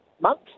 month